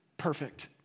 perfect